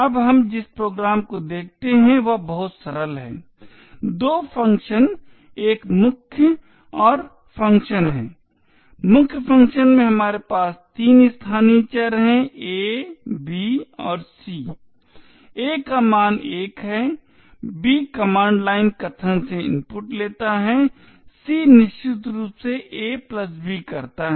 अब हम जिस प्रोग्राम को देखते हैं वह बहुत सरल है दो फंक्शन एक मुख्य और फ़ंक्शन हैं मुख्य फ़ंक्शन में हमारे पास तीन स्थानीय चर हैं a b और c a का मान 1 है बी कमांड लाइन कथन से इनपुट लेता है और c निश्चित रूप से a b करता है